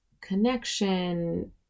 connection